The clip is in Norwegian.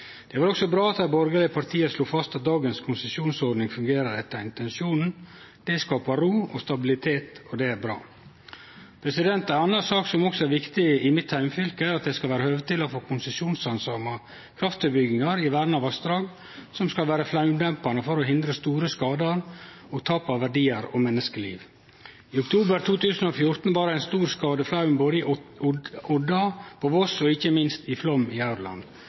Det var også bra at dei borgarlege partia slo fast at dagens konsesjonsordning fungerer etter intensjonen. Det skapar ro og stabilitet, og det er bra. Ei anna sak som også er viktig i mitt heimefylke, er at det skal vere høve til å få konsesjonshandsama kraftutbyggingar i verna vassdrag som skal vere flaumdempande, for å hindre store skadar og tap av verdiar og menneskeliv. I oktober 2014 var det ein stor skadeflaum både i Odda, på Voss og ikkje minst i Flåm i